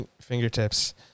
fingertips